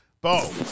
Bo